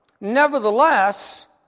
Nevertheless